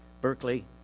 Berkeley